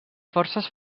forces